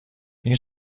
این